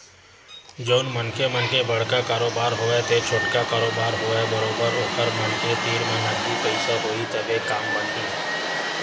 जउन मनखे मन के बड़का कारोबार होवय ते छोटका कारोबार होवय बरोबर ओखर मन के तीर म नगदी पइसा होही तभे काम बनही